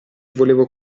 volevo